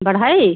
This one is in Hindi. बढ़ई